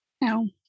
No